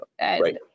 Right